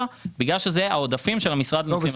בגלל שאלה העודפים של המשרד לנושאים אסטרטגיים.